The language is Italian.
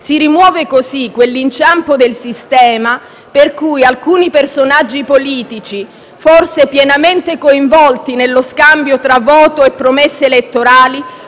Si rimuove così quell'inciampo del sistema per cui alcuni personaggi politici, forse pienamente coinvolti nello scambio tra voto e promesse elettorali,